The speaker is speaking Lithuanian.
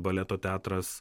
baleto teatras